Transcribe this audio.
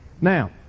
Now